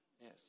Yes